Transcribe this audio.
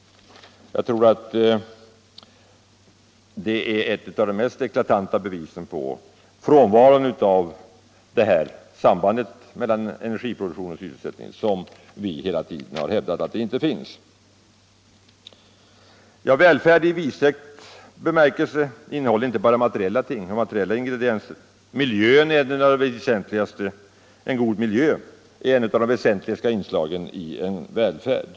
Jag tycker att detta är ett slående bevis på frånvaron av samband mellan energiproduktion och sysselsättning. Vi har ju hela tiden hävdat att något sådant samband inte finns. Välfärd i vidsträckt bemärkelse innehåller inte bara materiella ingredienser. En god miljö är ett av de väsentligaste inslagen i en välfärd.